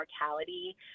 mortality